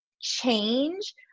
change